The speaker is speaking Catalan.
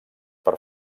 per